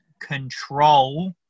control